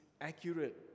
accurate